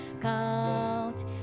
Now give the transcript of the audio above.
Count